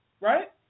right